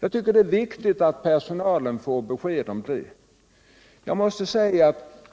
Det är också viktigt att personalen får besked om detta.